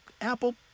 Apple